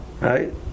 Right